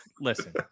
listen